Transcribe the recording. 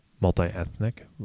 Multi-ethnic